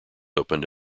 opened